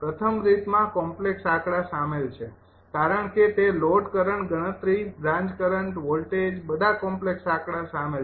પ્રથમ રીતમાં કોમ્પ્લેક્ષ આંકડા શામેલ છે કારણ કે તે લોડ કરંટ ગણતરી બ્રાન્ચ કરંટ વોલ્ટેજ બધા કોમ્પ્લેક્ષ આંકડા સામેલ છે